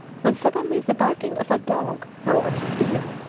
when suddenly the barking of a dog fell on his ear,